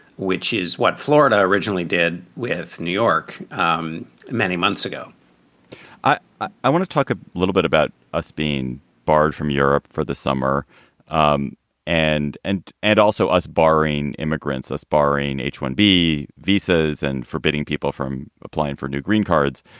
which is what florida originally did with new york um many months ago i i want to talk a little bit about us being barred from europe for the summer um and and and also us barring immigrants, barring h one b visas and forbidding people from applying for new green cards.